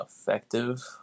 effective